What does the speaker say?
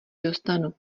dostanu